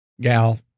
gal